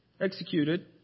executed